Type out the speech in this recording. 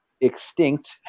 extinct